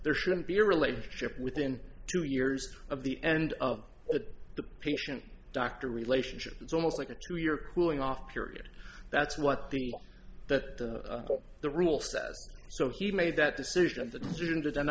there shouldn't be a relationship within two years of the end of that the patient doctor relationship it's almost like a two year cooling off period that's what the that the rule says so he made that decision and